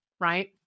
Right